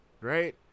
right